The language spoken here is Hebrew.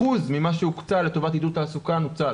אחוז ממה שהוקצה לטובת הנושא נוצל.